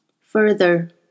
further